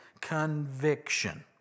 conviction